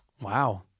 Wow